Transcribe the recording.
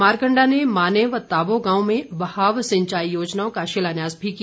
मारकण्डा ने माने व तावो गांव में बहाव सिंचाई योजनाओं का शिलान्यास भी किया